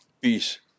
peace